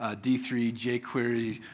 ah d three, jquery,